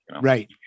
Right